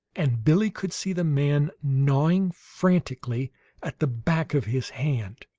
and billie could see the man gnawing frantically at the back of his hand.